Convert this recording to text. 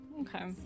Okay